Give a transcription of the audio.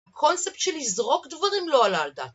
הקונספט של לזרוק דברים לא עלה על דעת